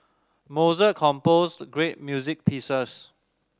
Mozart composed great music pieces